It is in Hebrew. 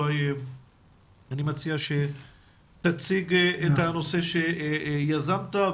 אני מציע שתציג את הנושא שיזמת.